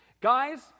Guys